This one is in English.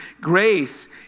Grace